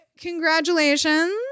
congratulations